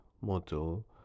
model